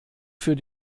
für